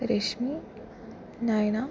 Rashmi Nayana